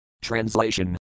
Translation